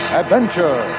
adventure